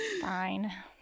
Fine